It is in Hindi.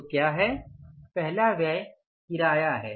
तो क्या है पहला व्यय किराए पर है